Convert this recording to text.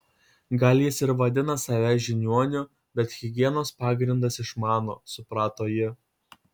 gal jis ir vadina save žiniuoniu bet higienos pagrindus išmano suprato ji